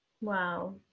Wow